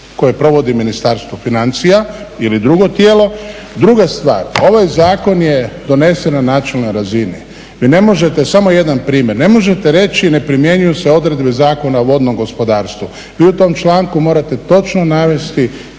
koji provodi Ministarstvo financija ili drugo tijelo. Druga stvar, ovaj zakon je donesen na načelnoj razini. Vi ne možete, samo jedan primjer, ne možete reći ne primjenjuju se odredbe Zakona o vodnom gospodarstvu. Vi u tom članku morate točno navesti